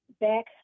back